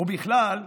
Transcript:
ובכלל,